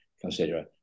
consider